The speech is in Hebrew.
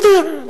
בסדר.